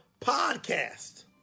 podcast